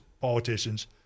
politicians